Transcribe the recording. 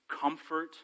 comfort